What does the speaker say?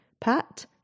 Pat